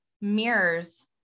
mirrors